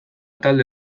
talde